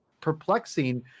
perplexing